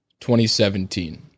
2017